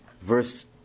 Verse